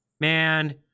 man